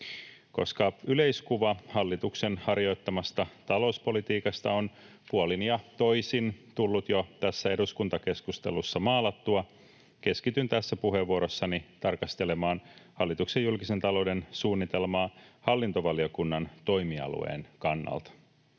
Koska yleiskuva hallituksen harjoittamasta talouspolitiikasta on puolin ja toisin tullut jo tässä eduskuntakeskustelussa maalattua, keskityn tässä puheenvuorossani tarkastelemaan hallituksen julkisen talouden suunnitelmaa hallintovaliokunnan toimialueen kannalta.